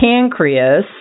pancreas